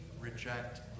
reject